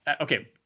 okay